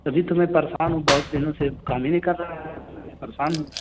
تبھی تو میں پریشان ہوں بہت دنوں سے کام ہی نہیں کر رہا ہے پریشان ہوں